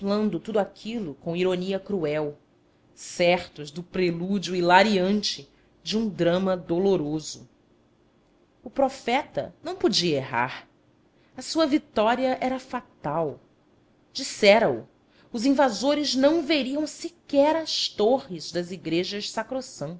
contemplando tudo aquilo com ironia cruel certos do prelúdio hilariante de um drama doloroso o profeta não podia errar a sua vitória era fatal dissera o os invasores não veriam sequer as torres das igrejas sacrossantas